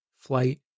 flight